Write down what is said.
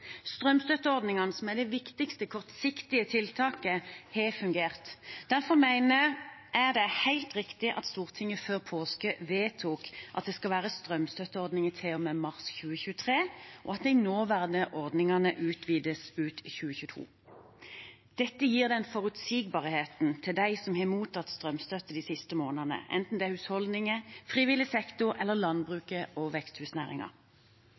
som er det viktigste kortsiktige tiltaket, har fungert. Derfor mener jeg at det er helt riktig at Stortinget før påske vedtok at det skal være strømstøtteordninger til og med mars 2023, og at de nåværende ordningene utvides ut 2022. Dette gir forutsigbarhet til dem som har mottatt strømstøtte de siste månedene, enten det er husholdninger, frivillig sektor, landbruket eller